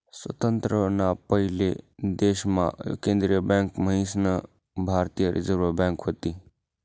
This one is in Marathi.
स्वातंत्र्य ना पयले देश मा केंद्रीय बँक मन्हीसन भारतीय रिझर्व बँक व्हती